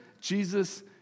Jesus